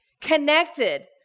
connected